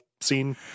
scene